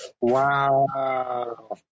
Wow